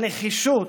הנחישות,